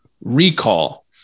recall